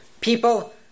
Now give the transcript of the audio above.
people